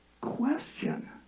question